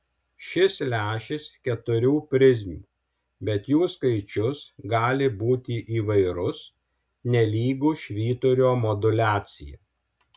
šis lęšis keturių prizmių bet jų skaičius gali būti įvairus nelygu švyturio moduliacija